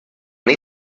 need